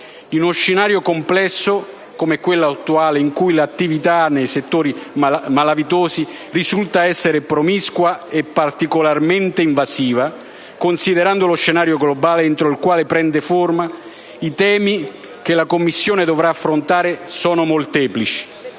In uno scenario complesso come quello attuale, in cui l'attività dei settori malavitosi risulta essere promiscua e particolarmente invasiva, considerando lo scenario globale entro il quale prende forma, i temi che la Commissione dovrà affrontare sono molteplici.